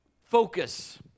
focus